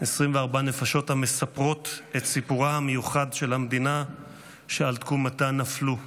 24 נפשות המספרות את סיפורה המיוחד של המדינה שעל תקומתה נפלו: